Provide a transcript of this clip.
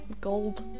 gold